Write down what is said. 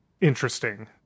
interesting